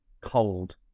cold